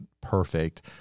perfect